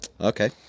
Okay